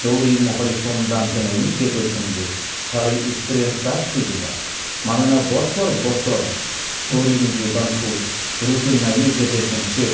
दौरि महरै सम दान होनायनि गेजेरजोंबो थारै एक्सपिरियेनसा फैजोबा मानोना बोसोर बोसोर दौरिनि बिबानखौ रुजुननायनि गेजेरजोंसो